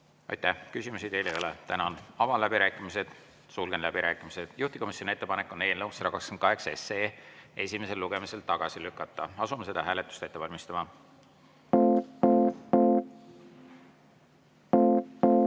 Aitäh! Küsimusi teile ei ole. Tänan! Avan läbirääkimised. Sulgen läbirääkimised. Juhtivkomisjoni ettepanek on eelnõu 128 esimesel lugemisel tagasi lükata. Asume seda hääletust ette valmistama. Panen